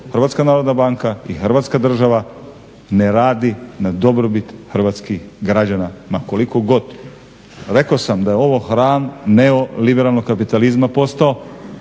svoj posao, HNB i Hrvatska država ne radi na dobrobit hrvatskih građana ma koliko god. Rekao sam da je ovo hram neoliberalnog kapitalizma postao